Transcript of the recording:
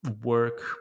work